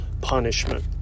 punishment